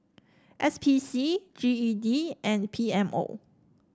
S P C G E D and P M O